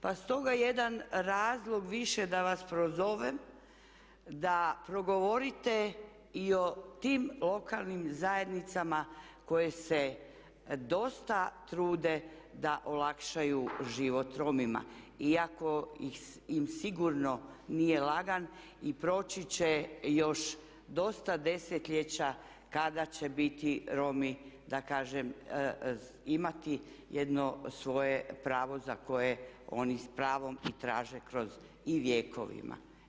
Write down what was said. Pa stoga jedan razlog više da vas prozovem da progovorite i o tim lokalnim zajednicama koje se dosta trude da olakšaju život Romima iako im sigurno nije lagan i proći će još dosta desetljeća kada će biti Romi da kažem, imati jedno svoje pravo za koje oni s pravom i traže i vjekovima.